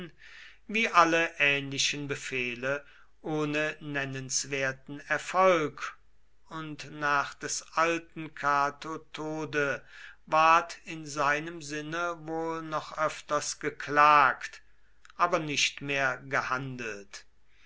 wie alle ähnlichen befehle ohne nennenswerten erfolg und nach des alten cato tode ward in seinem sinne wohl noch öfters geklagt aber nicht mehr gehandelt